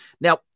Now